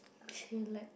chillax